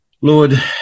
Lord